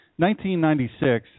1996